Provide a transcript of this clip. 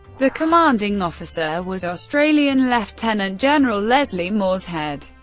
the commanding officer was australian lieutenant general leslie morshead.